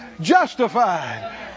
justified